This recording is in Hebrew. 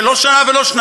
וזה לא שנה או שנתיים,